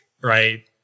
Right